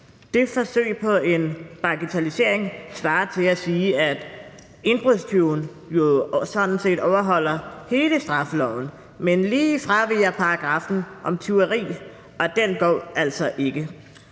Det forsøg på en bagatellisering svarer til at sige, at indbrudstyven jo sådan set overholder hele straffeloven, men lige fraviger paragraffen om tyveri, og den går altså ikke.